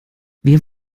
wir